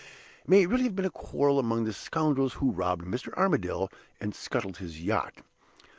may really have been a quarrel among the scoundrels who robbed mr. armadale and scuttled his yacht.